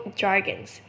jargons